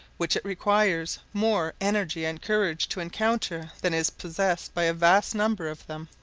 which it requires more energy and courage to encounter than is possessed by a vast number of them.